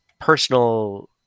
personal